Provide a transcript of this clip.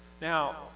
Now